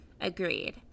Agreed